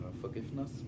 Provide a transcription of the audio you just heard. forgiveness